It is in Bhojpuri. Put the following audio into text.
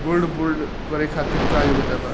गोल्ड बोंड करे खातिर का योग्यता बा?